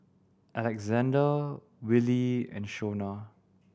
Alexande Wylie and Shona